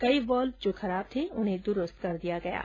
कई वॉल्व जो खराब थे उन्हें द्रुस्त किया गया है